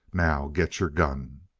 now get your gun!